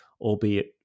albeit